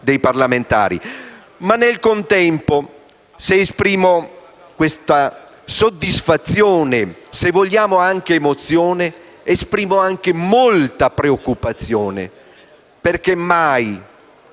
ma nel contempo, se esprimo questa soddisfazione e, se vogliamo, anche emozione, esprimo anche molta preoccupazione, perché mai